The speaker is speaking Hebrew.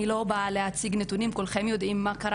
אני לא באה להציג נתונים כולכם יודעים מה קרה